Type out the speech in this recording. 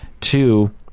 Two